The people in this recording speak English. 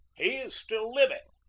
he is still living,